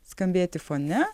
skambėti fone